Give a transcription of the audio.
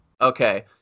Okay